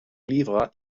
livra